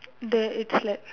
the it's like